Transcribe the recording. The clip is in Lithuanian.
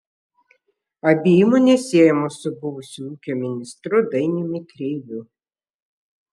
abi įmonės siejamos su buvusiu ūkio ministru dainiumi kreiviu